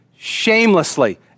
shamelessly